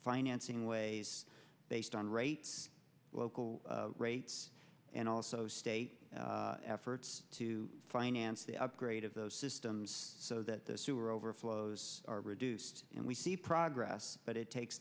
financing ways based on rates local rates and also state efforts to finance the upgrade of those systems so that the sewer overflows are reduced and we see progress but it takes